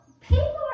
people